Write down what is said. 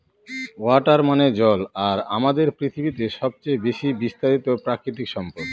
water মানে জল আর আমাদের পৃথিবীতে সবচেয়ে বেশি বিস্তারিত প্রাকৃতিক সম্পদ